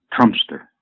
Trumpster